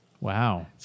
Wow